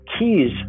keys